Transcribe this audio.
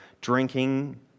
drinking